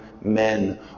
men